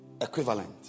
Equivalent